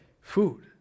food